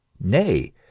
nay